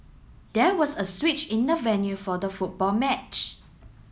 there was a switch in the venue for the football match